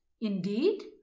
Indeed